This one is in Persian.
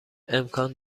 امکان